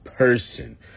person